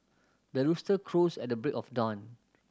the rooster crows at the break of dawn